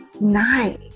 Nice